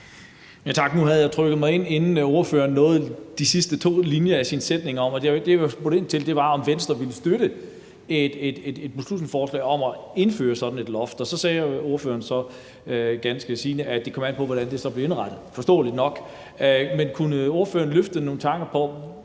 Nu havde jeg trykket mig ind, inden ordføreren nåede de sidste to linjer i sin sætning. Det, jeg ville have spurgt ind til, var, om Venstre ville støtte et beslutningsforslag om at indføre sådan et loft. Og så sagde ordføreren ganske sigende, at det kommer an på, hvordan det så bliver indrettet. Det er forståeligt nok. Men kunne ordføreren afsløre nogle tanker om,